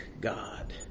God